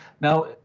Now